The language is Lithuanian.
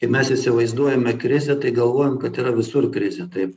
kai mes įsivaizduojam krizę tai galvojam kad yra visur krizė taip